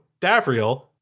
Davriel